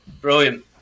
Brilliant